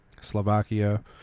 Slovakia